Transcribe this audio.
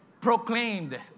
proclaimed